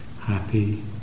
happy